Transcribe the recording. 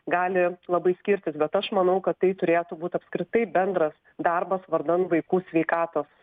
gali labai skirtis bet aš manau kad tai turėtų būt apskritai bendras darbas vardan vaikų sveikatos